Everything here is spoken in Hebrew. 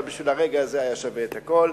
אבל בשביל הרגע הזה היה שווה הכול.